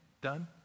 done